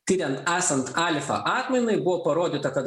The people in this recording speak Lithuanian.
tiriant esant alfa atmainai buvo parodyta kad